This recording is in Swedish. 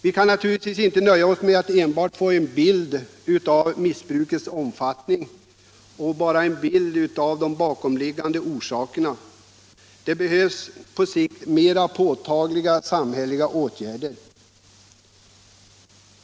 Vi kan naturligtvis inte nöja oss med att enbart få fram en bild av missbrukets omfattning och av de bakomliggande orsakerna. Det behövs på sikt mera påtagliga samhälleliga åtgärder.